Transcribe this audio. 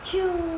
就